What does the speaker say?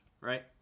right